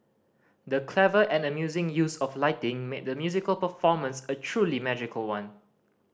the clever and amazing use of lighting made the musical performance a truly magical one